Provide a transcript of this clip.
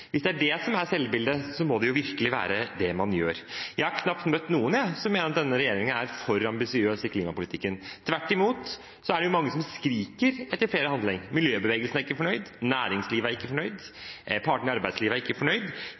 Hvis det er det som er selvbildet, må det virkelig være det man gjør. Jeg har knapt møtt noen som mener at denne regjeringen er for ambisiøs i klimapolitikken. Tvert imot er det mange som skriker etter mer handling. Miljøbevegelsen er ikke fornøyd. Næringslivet er ikke fornøyd. Partene i arbeidslivet er ikke fornøyd.